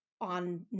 on